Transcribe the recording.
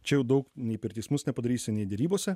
čia jau daug nei per teismus nepadarysi nei derybose